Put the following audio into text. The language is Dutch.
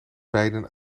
beiden